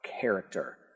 character